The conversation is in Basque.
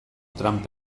trump